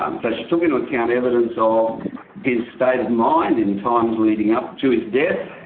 um so she took into account evidence ah of his state of mind in times leading up to his death,